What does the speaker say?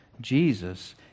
Jesus